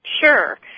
Sure